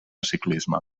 ciclisme